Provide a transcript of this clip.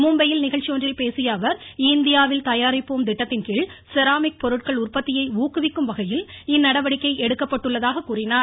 மும்பையில் நிகழ்ச்சி ஒன்றில் பேசியஅவர் இந்தியாவில் தயாரிப்போம் திட்டத்தின்கீழ் செராமிக் பொருட்கள் உற்பத்தியை உக்குவிக்கும் வகையில் இந்நடவடிக்கை எடுக்கப்பட்டுள்ளதாக கூறினார்